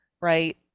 right